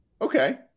Okay